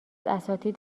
اساتید